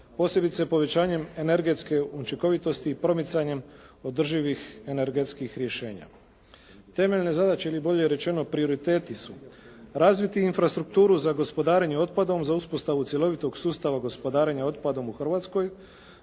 posebice povećanjem energetske učinkovitosti i promicanjem održivih energetskih rješenja. Temeljne zadaće ili bolje rečeno prioriteti su razviti infrastrukturu za gospodarenje otpadom za uspostavu cjelovitog sustava gospodarenja otpadom u Hrvatskoj,